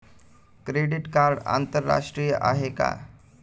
Credit card आंतरराष्ट्रीय आहे का?